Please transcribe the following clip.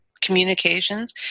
communications